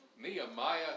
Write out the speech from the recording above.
Nehemiah